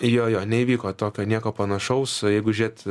jo jo neįvyko tokio nieko panašaus o jeigu žiūrėt